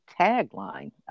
tagline